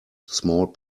small